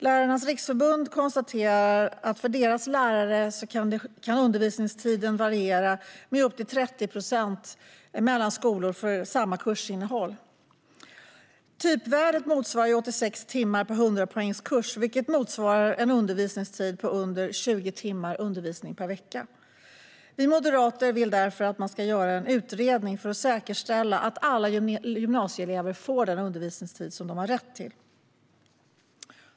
Lärarnas Riksförbund konstaterar att för deras lärare kan undervisningstiden variera med upp till 30 procent mellan skolor för samma kursinnehåll. Typvärdet är 86 timmar per 100-poängskurs, vilket motsvarar en undervisningstid på under 20 timmar undervisning per vecka. Vi moderater vill därför att man ska göra en utredning för att säkerställa att alla gymnasieelever får den undervisningstid som de har rätt till.